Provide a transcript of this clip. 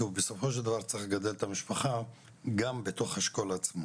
כי הוא בסופו של דבר צריך לדאוג ולגדל את המשפחה גם בתוך השכול עצמו.